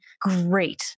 great